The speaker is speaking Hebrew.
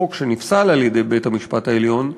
בחוק שנפסל על-ידי בית-המשפט העליון,